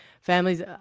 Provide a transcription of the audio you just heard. families